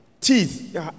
teeth